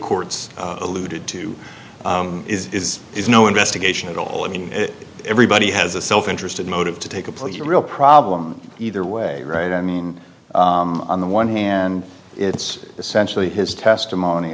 courts alluded to is is no investigation at all i mean everybody has a self interest and motive to take a plea real problem either way right i mean on the one hand it's essentially his testimony